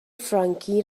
فرانکی